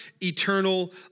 eternal